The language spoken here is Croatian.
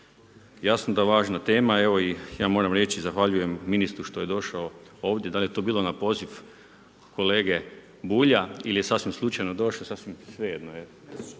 Jasno da je važna tema. Evo i ja moram reći, zahvaljujem ministru što je došao ovdje. Dal je to bilo na poziv kolege Bulja ili je sasvim slučajno došao, sasvim svejedno je.